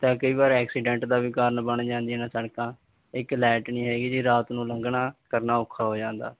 ਤਾਂ ਕਈ ਵਾਰ ਐਕਸੀਡੈਂਟ ਦਾ ਵੀ ਕਾਰਨ ਬਣ ਜਾਂਦੀਆਂ ਨੇ ਸੜਕਾਂ ਇੱਕ ਲਾਈਟ ਨਹੀਂ ਹੈਗੀ ਜੀ ਰਾਤ ਨੂੰ ਲੰਘਣਾ ਕਰਨਾ ਔਖਾ ਹੋ ਜਾਂਦਾ